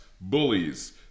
bullies